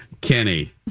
Kenny